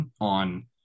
on